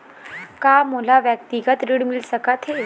का मोला व्यक्तिगत ऋण मिल सकत हे?